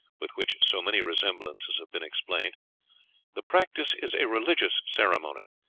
with which so many resemblances have been explained the practice is a religious ceremony,